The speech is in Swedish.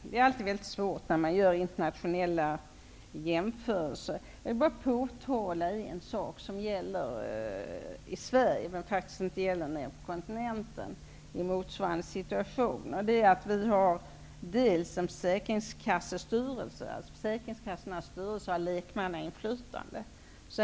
Herr talman! Det är alltid mycket svårt att göra internationella jämförelser. Låt mig påtala några saker som gäller i Sverige men inte nere på kontinenten i motsvarande situation. Vi har en försäkringskassestyrelse , dvs. försäkringskassornas styrelse har lekmannainflytande.